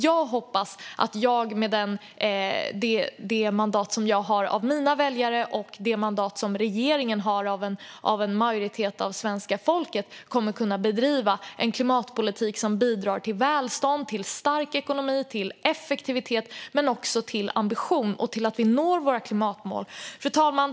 Jag hoppas att jag med det mandat som jag har fått av mina väljare och det mandat som regeringen har fått av en majoritet av det svenska folket kommer att kunna bedriva en klimatpolitik som bidrar till välstånd, stark ekonomi och effektivitet men också till ambition och till att vi når våra klimatmål. Fru talman!